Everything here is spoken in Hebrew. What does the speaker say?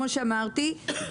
כמו שאמרתי,